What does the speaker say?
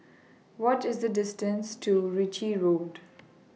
What IS The distance to Ritchie Road